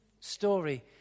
story